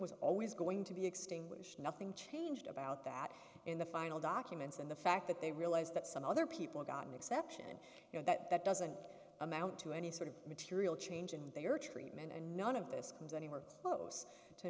was always going to be extinguished nothing changed about that in the final documents and the fact that they realize that some other people got an exception you know that that doesn't amount to any sort of material change in their treatment and none of this comes anywhere close to